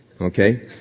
okay